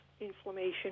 inflammation